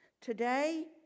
today